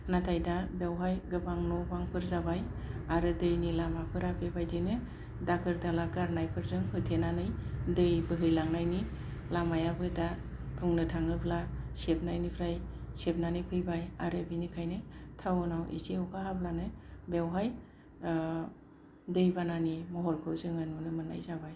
नाथाय दा बेवहाय गोबां न' बांफोर जाबाय आरो दैनि लामाफोरा बेबादिनो दाखोर दाला गारनायफोरजों होथेजानानै दै बोहैलांनायनि लामायाबो दा बुंनो थाङोब्ला सेबनायनिफ्राय सेबनानै फैबाय आरो बेनिखायनो थाउन आव एसे अखा हाब्लानो बेवहाय दैबानानि महरखौ जोङो नुनो मोननाय जाबाय